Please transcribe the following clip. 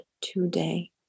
today